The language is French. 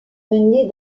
menés